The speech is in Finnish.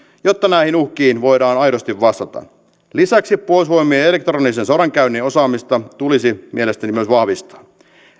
jotta näihin uhkiin voidaan aidosti vastata lisäksi puolustusvoimien elektronisen sodankäynnin osaamista tulisi mielestäni vahvistaa